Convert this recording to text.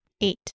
Eight